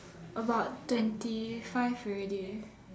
about twenty five already